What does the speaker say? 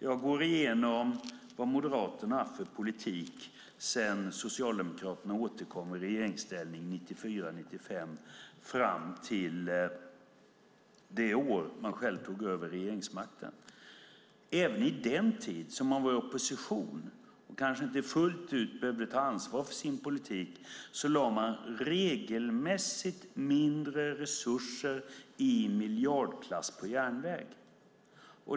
Jag går igenom vad Moderaterna har haft för politik sedan Socialdemokraterna återkom i regeringsställning 1994 fram till det år som de själva tog över regeringsmakten. Även under den tid som de var i opposition och kanske inte fullt ut behövde ta ansvar för sin politik lade de regelmässigt mindre resurser i miljardklass på järnväg.